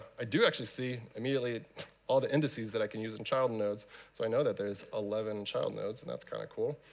i do actually see immediately all the indices that i can use in child nodes. so i know that there is eleven child nodes, and that's kind of cool.